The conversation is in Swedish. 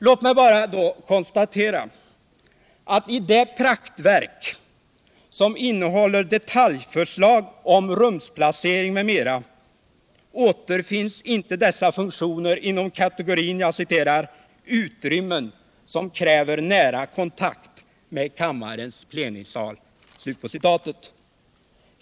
Låt mig bara konstatera att i det praktverk, som innehåller detaljförslag om rumsplacering m.m., återfinns inte dessa funktioner inom kategorin ”utrymmen som kräver nära kontakt med kammarens plenisal”.